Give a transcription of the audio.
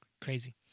Crazy